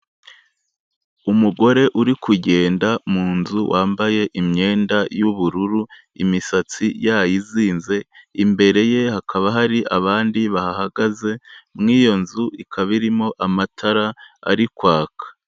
Umugore uri kugenda mu nzu wambaye imyenda y'ubururu, imisatsi yayizinze, imbere ye hakaba hari abandi bahahagaze, mu iyo nzu ikaba irimo amatara ari kwaka.